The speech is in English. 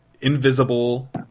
invisible